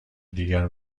دیگر